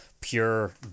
pure